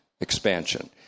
expansion